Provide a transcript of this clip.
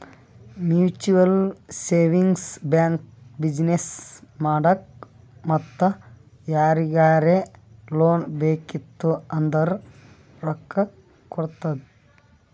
mutual savings bank business ಮಾಡಾಕ್ ಮತ್ತ ಯಾರಿಗರೇ ಲೋನ್ ಬೇಕಿತ್ತು ಅಂದುರ್ ರೊಕ್ಕಾ ಕೊಡ್ತುದ್